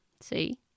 See